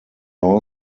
law